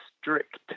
strict